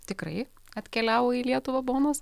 tikrai atkeliavo į lietuvą bonos